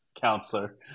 Counselor